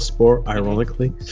ironically